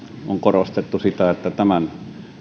on korostettu sitä että tämän